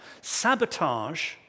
sabotage